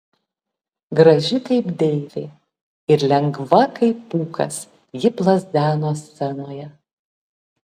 graži kaip deivė ir lengva kaip pūkas ji plazdeno scenoje